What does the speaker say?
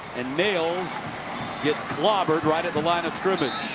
and nails gets clobbered right at the line of scrimmage.